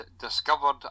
discovered